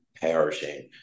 perishing